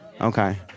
Okay